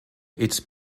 its